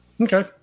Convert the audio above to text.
Okay